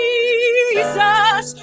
Jesus